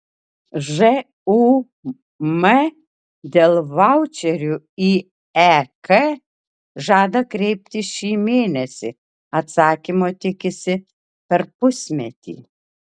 žūm dėl vaučerių į ek žada kreiptis šį mėnesį atsakymo tikisi per pusmetį